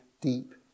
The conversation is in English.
deep